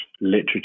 literature